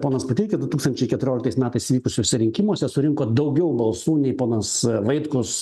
ponas puteikis du tūkstančiai keturioliktais metais vykusiuose rinkimuose surinko daugiau balsų nei ponas vaitkus